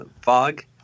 fog